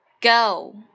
Go